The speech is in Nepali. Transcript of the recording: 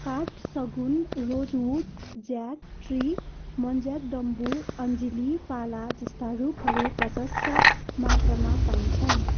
काठ सगुन रोजवुड ज्याक ट्री मन्जाकडम्बु अञ्जीली पालाजस्ता रूखहरू प्रशस्त मात्रामा पाइन्छन्